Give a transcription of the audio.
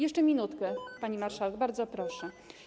Jeszcze minutkę, pani marszałek, bardzo proszę.